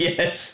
Yes